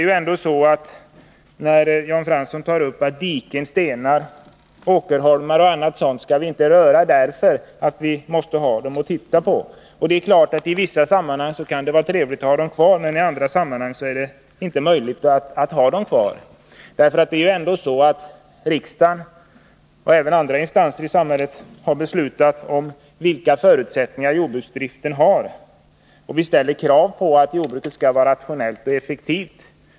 Jan Fransson säger att diken, stenar, åkerholmar och annat inte skall röras, därför att vi måste ha dem att titta på. Det är klart att det i vissa sammanhang kan vara trevligt att ha dem kvar, men det är inte möjligt i alla sammanhang. Riksdagen och även andra instanser i samhället har nämligen beslutat om förutsättningarna för jordbruksdriften. Vi ställer krav på att jordbruket skall vara rationellt och effektivt.